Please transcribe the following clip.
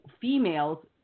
females